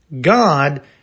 god